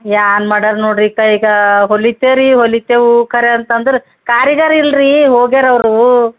ಏನ್ ಮಾಡಾರ್ ನೋಡಿರಿ ಇಕ ಈಗ ಹೊಲಿತೆವ್ರಿ ಹೋಲಿತೆವು ಖರೆ ಅಂತಂದ್ರೆ ಕಾರಿಗಾರ್ ಇಲ್ಲಾರಿ ಹೋಗ್ಯಾರವರು